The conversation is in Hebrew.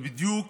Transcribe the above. זה בדיוק.